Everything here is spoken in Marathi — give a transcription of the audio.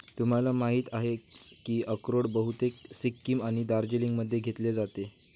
तुम्हाला माहिती आहेच की अक्रोड बहुतेक सिक्कीम आणि दार्जिलिंगमध्ये घेतले जाते